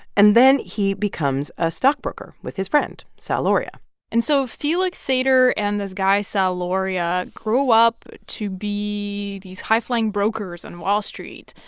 and then he becomes a stockbroker with his friend sal lauria and so felix sater and this guy sal lauria grow up to these high-flying brokers on wall street.